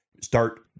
start